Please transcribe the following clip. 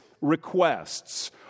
requests